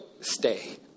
stay